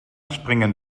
springen